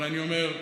אבל אני אומר,